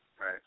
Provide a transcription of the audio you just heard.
Right